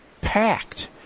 packed